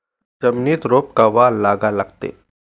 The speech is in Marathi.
जमिनीत रोप कवा लागा लागते?